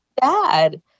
dad